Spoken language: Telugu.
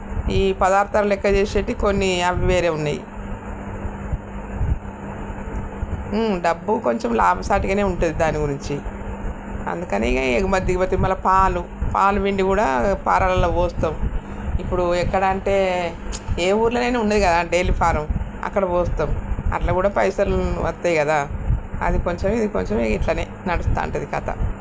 ఈ పదార్థాలు లెక్క చేసేటివి కొన్ని అవి వేరే ఉన్నాయి డబ్బు కొంచెం లాభ సాటిగానే ఉంటుంది దాని గురించి అందుకని ఎగుమతి దిగుమతి మళ్ళీ పాలు పాలు పిండి కూడా ఫార్మ్లలో పోస్తాము ఇప్పుడు ఎక్కడంటే ఏ ఊరులోనైనా ఉన్నది కదా డైరీ ఫార్మ్ అక్కడ పోస్తాము అలా కూడా పైసలు వస్తాయి కదా అది కొంచెం ఇది కొంచెం ఇక ఇలానే నడుస్తూ ఉంటుంది కథ